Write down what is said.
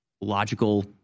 logical